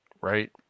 right